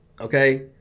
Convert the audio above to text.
okay